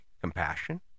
compassion